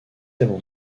avant